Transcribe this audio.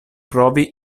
provi